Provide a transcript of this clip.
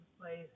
place